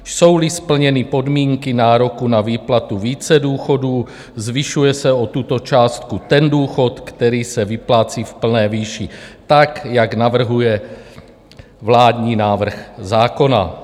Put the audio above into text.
Jsouli, splněny podmínky nároku na výplatu více důchodů, zvyšuje se o tuto částku ten důchod, který se vyplácí v plné výši tak, jak navrhuje vládní návrh zákona.